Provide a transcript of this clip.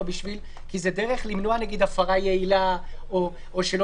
כי זה דרך למנוע למשל הפרה יעילה או שלא